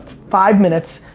five minutes,